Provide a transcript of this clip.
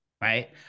right